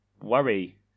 worry